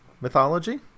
mythology